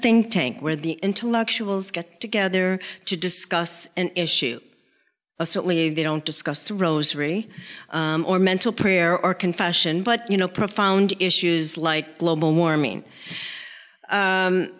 think tank where the intellectuals get together to discuss an issue certainly they don't discuss the rosary or mental prayer or confession but you know profound issues like global warming